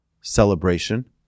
celebration